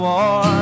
War